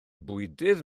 bwydydd